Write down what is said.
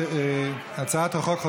התשע"ח 2018,